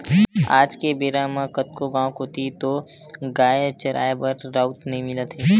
आज के बेरा म कतको गाँव कोती तोउगाय चराए बर राउत नइ मिलत हे